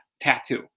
tattoo